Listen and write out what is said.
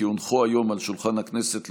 כי הונחו היום על שולחן הכנסת,